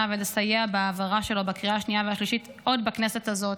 ולסייע בהעברה שלו בקריאה השנייה והשלישית עוד בכנסת הזאת.